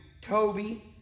Toby